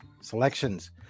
selections